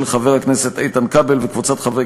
של חבר הכנסת איתן כבל וקבוצת חברי